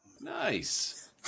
Nice